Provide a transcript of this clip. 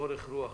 אורך רוח,